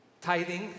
tithing